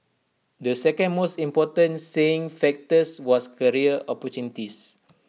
the second most important saying factors was career opportunities